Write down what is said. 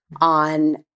on